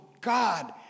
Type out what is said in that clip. God